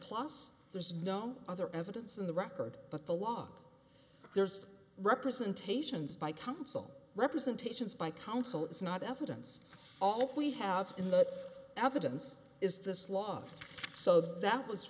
plus there's no other evidence in the record but the law does representations by counsel representations by counsel is not evidence all we have in the evidence is this law so that was